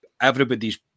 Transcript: everybody's